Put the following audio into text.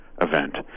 event